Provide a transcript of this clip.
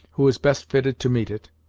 who is best fitted to meet it.